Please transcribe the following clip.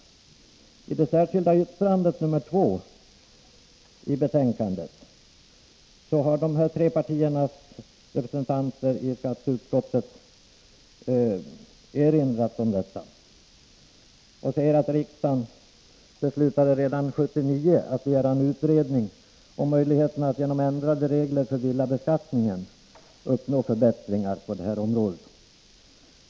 I det särskilda yttrandet nr 2 i betänkandet har dessa tre partiers representanter i skatteutskottet erinrat om detta. Det framhålls att riksdagen redan 1979 begärde en utredning om möjligheterna att genom en ändring av reglerna för villabeskattningen uppnå förbättringar på detta område.